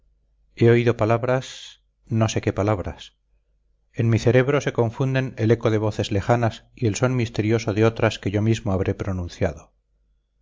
he oído palabras no sé qué palabras en mi cerebro se confunden el eco de voces lejanas y el son misterioso de otras que yo mismo habré pronunciado